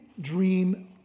dream